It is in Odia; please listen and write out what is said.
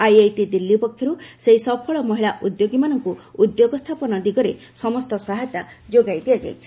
ଆଇଆଇଟି ଦିଲ୍ଲୀ ପକ୍ଷରୁ ସେହି ସଫଳ ମହିଳା ଉଦ୍ୟୋଗୀମାନଙ୍କ ଉଦ୍ୟୋଗ ସ୍ଥାପନ ଦିଗରେ ସମସ୍ତ ସହାୟତା ଯୋଗାଇ ଦିଆଯାଇଛି